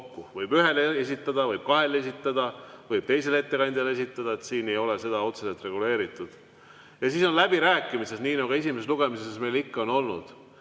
Võib ühele esitada, võib kahele esitada, võib ka [ainult] teisele esitada, seda ei ole otseselt reguleeritud. Ja siis on läbirääkimised, nii nagu esimesel lugemisel meil ikka on olnud.